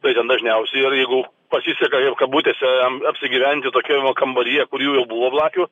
tai ten dažniausiai ir jeigu pasiseka jau kabutėse am apsigyventi tokioj va kambaryje kur jų jau buvo blakių